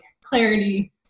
clarity